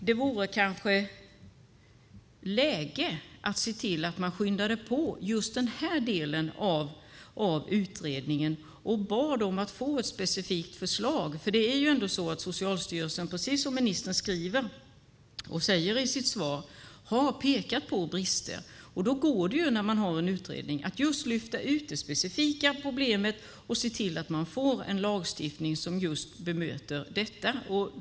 Det vore kanske läge att se till att skynda på just den här delen av utredningen och be om att få ett specifikt förslag. Socialstyrelsen har ändå, precis som ministern säger i sitt svar, pekat på brister. Och när man har en utredning går det att lyfta ut det specifika problemet och se till att man får en lagstiftning som just bemöter detta.